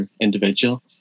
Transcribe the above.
individual